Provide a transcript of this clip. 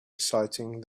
exciting